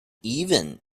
even